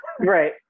Right